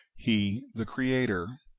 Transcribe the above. he the creator,